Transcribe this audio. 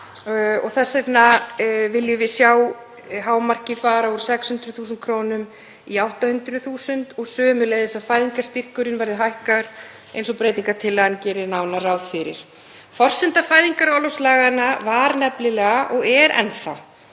og þess vegna viljum við sjá hámarkið fara úr 600.000 kr. í 800.000 kr. og sömuleiðis að fæðingarstyrkur verði hækkaður eins og breytingartillagan gerir nánar ráð fyrir. Forsenda fæðingarorlofslaganna var nefnilega, og er enn þá,